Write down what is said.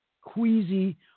queasy